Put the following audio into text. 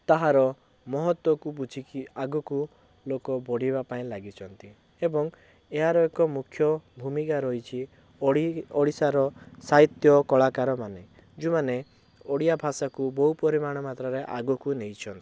ତାହାର ମହତ୍ବକୁ ବୁଝିକି ଆଗକୁ ଲୋକ ବଢ଼ିବା ପାଇଁ ଲାଗିଛନ୍ତି ଏବଂ ଏହାର ଏକ ମୁଖ୍ୟ ଭୂମିକା ରହିଛି ଓଡ଼ି ଓଡ଼ିଶାର ସାହିତ୍ୟ କଳାକାର ମାନେ ଯେଉଁ ମାନେ ଓଡ଼ିଆ ଭାଷାକୁ ବହୁ ପରିମାଣ ମାତ୍ରାରେ ଆଗକୁ ନେଇଛନ୍ତି